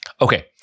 Okay